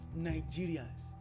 Nigerians